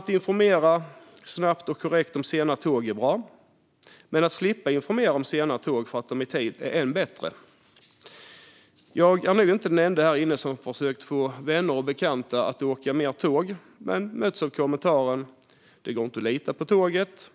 Att informera snabbt och korrekt om sena tåg är bra, men att slippa informera om sena tåg för att de är i tid ännu bättre. Jag är nog inte den enda här inne som har försökt få vänner och bekanta att åka mer tåg men mötts av kommentarer som att det inte går att lita på tåget.